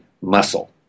muscle